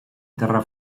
terra